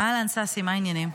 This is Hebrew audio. אהלן ששי, מה העניינים?